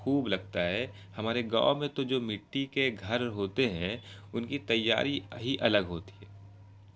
خوب لگتا ہے ہمارے گاؤں میں تو جو مٹی کے گھر ہوتے ہیں ان کی تیاری ہی الگ ہوتی ہے